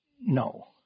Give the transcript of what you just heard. No